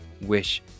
wish